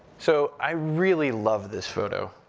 so i really love this photo.